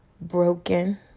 broken